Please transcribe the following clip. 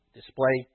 display